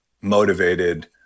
motivated